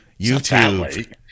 YouTube